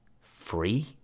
Free